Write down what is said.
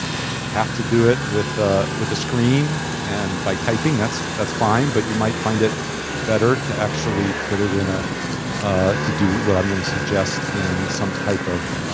if you have to do it with ah with a screen, and by typing that's that's fine. but you might find it better to actually put it in a ah to do what i'm gonna suggest in some type of